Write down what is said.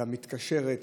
המתקשרת,